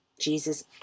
Jesus